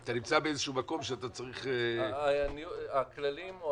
אתה נמצא באיזה שהוא מקום שאתה צריך --- הכללים או